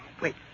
Wait